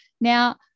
Now